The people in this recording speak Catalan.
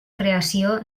creació